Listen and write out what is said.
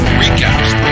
recaps